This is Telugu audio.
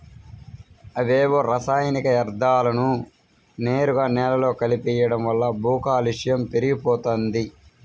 అవేవో రసాయనిక యర్థాలను నేరుగా నేలలో కలిపెయ్యడం వల్ల భూకాలుష్యం పెరిగిపోతంది